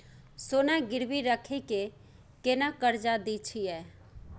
सोना गिरवी रखि के केना कर्जा दै छियै?